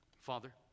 Father